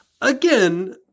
again